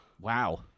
Wow